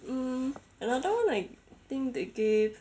mm another one I think they gave